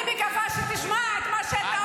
אתם לא עושים שום דבר, זאת הסיבה.